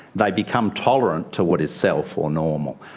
they become tolerant to what is self, or normal.